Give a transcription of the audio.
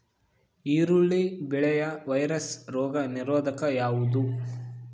ಈರುಳ್ಳಿ ಬೆಳೆಯ ವೈರಸ್ ರೋಗ ನಿರೋಧಕ ಯಾವುದು?